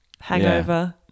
Hangover